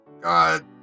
god